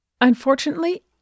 Unfortunately